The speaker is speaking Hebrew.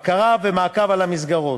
בקרה ומעקב על המסגרות.